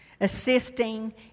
Assisting